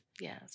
Yes